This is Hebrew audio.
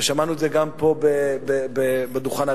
ושמענו את זה גם פה בדוכן הזה.